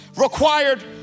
Required